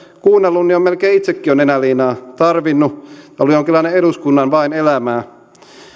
kuunnellut niin on melkein itsekin jo nenäliinaa tarvinnut on ollut jonkinlainen eduskunnan vain elämää